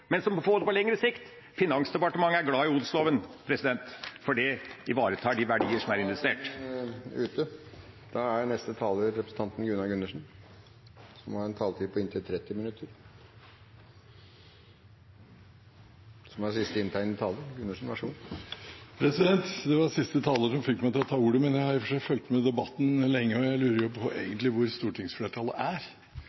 men som får det på lengre sikt. Finansdepartementet er glad i odelsloven, for det ivaretar de verdier … Da er tiden ute. Det var siste taler som fikk meg til å ta ordet. Jeg har fulgt med på debatten lenge, og jeg lurer egentlig litt på hvor stortingsflertallet er i forhold til en del av situasjonen i norsk landbruk, men når representanten Lundteigen kan få seg til å